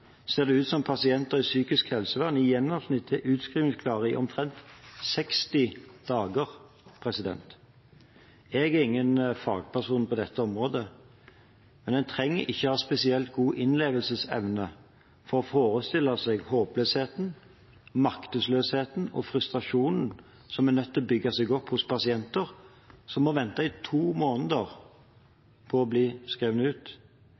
ser det ut som pasienter i psykisk helsevern i gjennomsnitt er utskrivningsklare i omtrent 60 dager. Jeg er ikke fagperson på dette området, men man trenger ikke ha spesielt god innlevelsesevne for å forestille seg håpløsheten, maktesløsheten og frustrasjonen som er nødt til å bygge seg opp hos pasienter som må vente i to måneder på å bli skrevet ut.